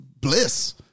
Bliss